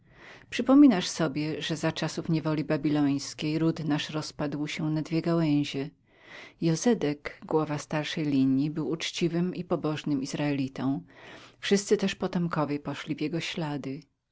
przypominasz sobie że za niewoli babilońskiej ród nasz rozpadł się na dwie gałęzie jozedek głowa starszej linji był uczciwym i pobożnym izraelitą wszyscy też potomkowie jego poszli w jego ślady